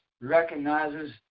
recognizes